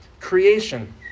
Creation